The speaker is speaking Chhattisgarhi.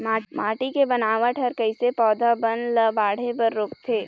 माटी के बनावट हर कइसे पौधा बन ला बाढ़े बर रोकथे?